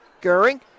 Goering